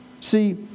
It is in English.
See